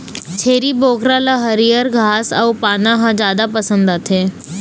छेरी बोकरा ल हरियर घास अउ पाना ह जादा पसंद आथे